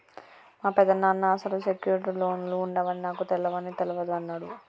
మా పెదనాన్న అసలు సెక్యూర్డ్ లోన్లు ఉండవని నాకు తెలవని తెలవదు అన్నడు